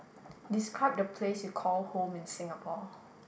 describe the place you call home in Singapore